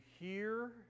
hear